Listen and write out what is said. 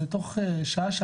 זה תוך שעה-שעתיים.